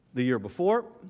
the year before,